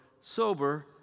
sober